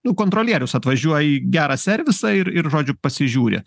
nu kontrolierius atvažiuoja į gerą servisą ir ir žodžiu pasižiūri